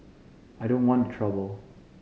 I don't want the trouble